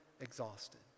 exhausted